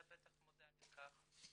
אתה בטח מודע לכך,